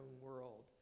world